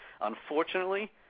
unfortunately